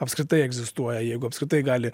apskritai egzistuoja jeigu apskritai gali